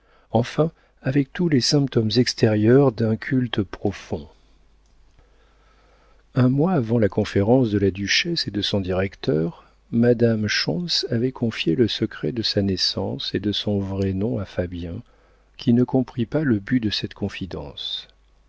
enfin avec tous les symptômes extérieurs d'un culte profond un mois avant la conférence de la duchesse et de son directeur madame schontz avait confié le secret de sa naissance et de son vrai nom à fabien qui ne comprit pas le but de cette confidence